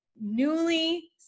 newly